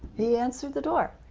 he answered the door,